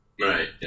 Right